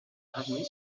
gravement